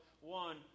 one